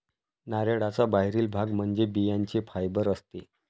नारळाचा बाहेरील भाग म्हणजे बियांचे फायबर असते